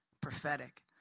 Prophetic